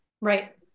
Right